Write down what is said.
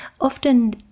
often